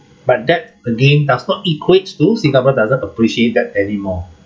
but that again does not equate to singaporean doesn't appreciate that anymore